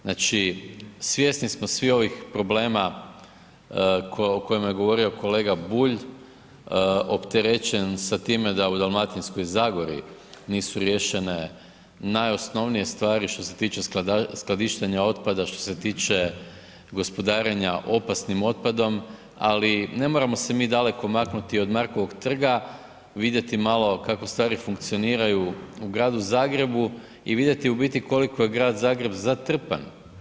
Znači, svjesni smo svi ovih problema o kojima je govorio kolega Bulj, opterećen sa time da u Dalmatinskoj zagori nisu riješene najosnovnije stvari što se tiče skladištenja otpada, što se tiče gospodarenja opasnim otpadom, ali ne moramo se mi daleko maknuti od Markovog trga, vidjeti malo kako stvari funkcioniraju u gradu Zagrebu i vidjeti u biti koliko je grad Zagreb zatrpan.